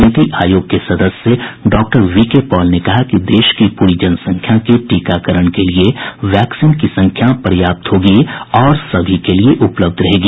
नीति आयोग के सदस्य डॉ वी के पॉल ने कहा कि देश की पूरी जनसंख्या के टीकाकरण के लिए वैक्सीन की संख्या पर्याप्त होगी और सभी के लिए उपलब्ध रहेगी